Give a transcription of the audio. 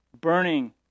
burning